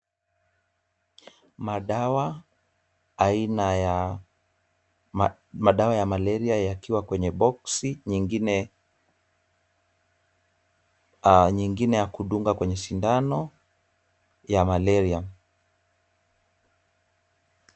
Madawa ya malaria yakiwa kwenye boksi nyingine ya kudunga kwenye sindano ya malaria.